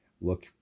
look